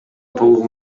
толугу